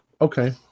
Okay